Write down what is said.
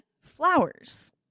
flowers